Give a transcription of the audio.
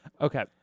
okay